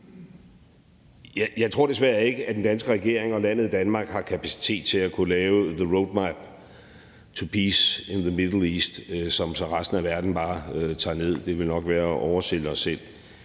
Jeg tror desværre ikke, at den danske regering og landet Danmark har kapacitet til at kunne lave the roadmap to peace in the Middle East, som resten af verden så bare tager ned. Det ville nok være at oversælge os selv.